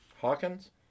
Hawkins